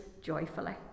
joyfully